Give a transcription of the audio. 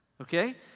Okay